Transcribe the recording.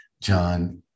John